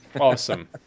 Awesome